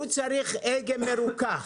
צריך הגה מרוכך.